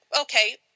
okay